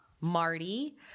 Marty